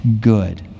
good